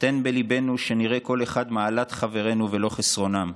תן בליבנו שנראה כל אחד מעלת חברינו ולא חסרונם,